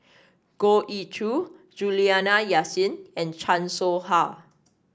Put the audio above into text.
Goh Ee Choo Juliana Yasin and Chan Soh Ha